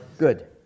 good